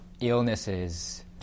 illnesses